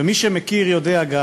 מי שמכיר יודע גם